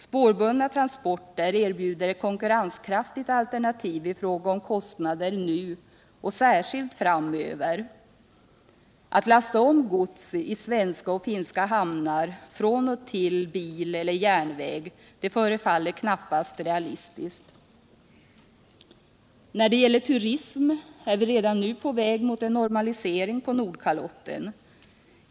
Spårbundna transporter erbjuder ett konkurrenskraftigt alternativ i fråga om kostnader nu och särskilt framöver. Att lasta om gods i svenska och finska hamnar från och till bil eller järnväg förefaller knappast realistiskt. När det gäller turism är vi redan nu på väg mot en normalisering på Nordkalotten.